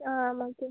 അ okay